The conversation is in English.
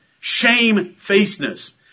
Shamefacedness